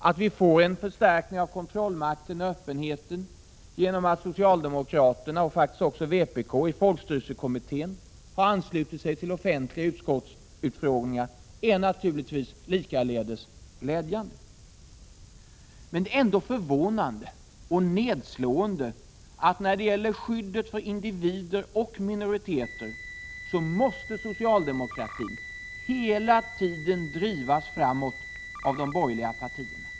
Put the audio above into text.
Att vi får en förstärkning av kontrollmakten och öppenheten genom att socialdemokraterna, och faktiskt även vpk, i folkstyrelsekommittén anslutit sig till offentliga utskottsutfrågningar är naturligtvis likaledes glädjande. Det är emellertid förvånande och nedslående att socialdemokratin när det gäller skyddet för individer och minoriteter hela tiden måste drivas framåt av de borgerliga partierna.